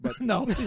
No